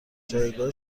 جایگاه